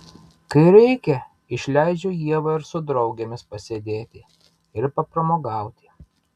kai reikia išleidžiu ievą ir su draugėmis pasėdėti ir papramogauti